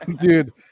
dude